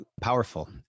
powerful